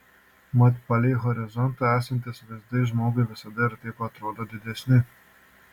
mat palei horizontą esantys vaizdai žmogui visada ir taip atrodo didesni